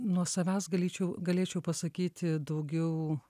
nuo savęs galėčiau galėčiau pasakyti daugiau